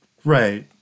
Right